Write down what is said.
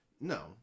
No